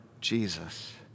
Jesus